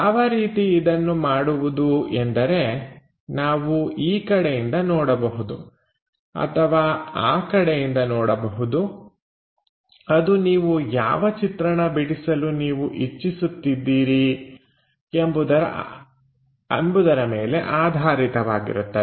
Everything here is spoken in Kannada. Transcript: ಯಾವ ರೀತಿ ಇದನ್ನು ಮಾಡುವುದು ಎಂದರೆ ನಾವು ಈ ಕಡೆಯಿಂದ ನೋಡಬಹುದು ಅಥವಾ ಆ ಕಡೆಯಿಂದ ನೋಡಬಹುದು ಅದು ನೀವು ಯಾವ ಚಿತ್ರಣ ಬಿಡಿಸಲು ನೀವು ಇಚ್ಛಿಸುತ್ತೀದ್ದೀರಿ ಎಂಬುದರ ಮೇಲೆ ಆಧಾರವಾಗಿರುತ್ತದೆ